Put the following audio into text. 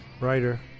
writer